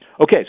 okay